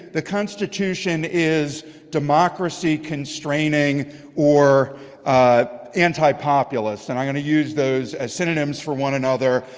the constitution is democracy constraining or antipopulist. and i'm going to use those as synonyms for one another.